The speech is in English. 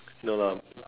no lah